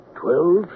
twelve